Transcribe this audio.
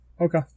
Okay